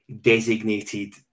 designated